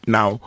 Now